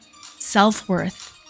self-worth